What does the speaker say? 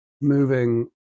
moving